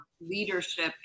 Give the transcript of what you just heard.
leadership